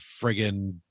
friggin